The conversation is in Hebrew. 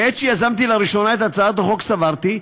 בעת שיזמתי לראשונה את הצעת החוק סברתי,